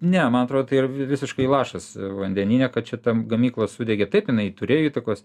ne man atrodo tai ir visiškai lašas vandenyne kad čia ta gamykla sudegė taip jinai turėjo įtakos